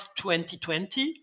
2020